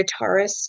guitarist